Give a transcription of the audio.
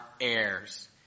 heirs